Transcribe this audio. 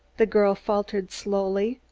the girl faltered slowly.